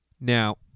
Now